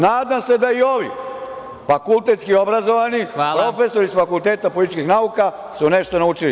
Nadam se da i ovi fakultetski obrazovani, profesori sa Fakulteta političkih nauka, su nešto naučili.